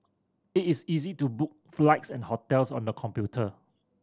it is easy to book flights and hotels on the computer